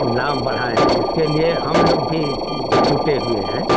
नाम बढ़ाएँ इसके लिए हम लोग भी जुटे हुए हैं